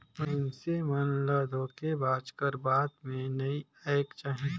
मइनसे मन ल धोखेबाज कर बात में नी आएक चाही